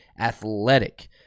athletic